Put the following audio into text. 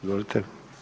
Izvolite.